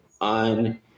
on